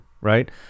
right